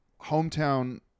Hometown